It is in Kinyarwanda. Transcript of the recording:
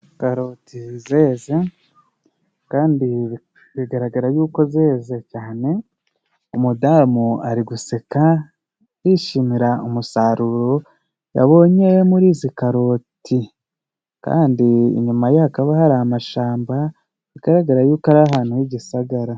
Karoti zeze kandi bigaragara y'uko zeze cyane, umudamu ari guseka yishimira umusaruro yabonye muri izi karoti kandi inyuma ye hakaba hari amashamba, bigaragara y'uko ari ahantu h'igisagara.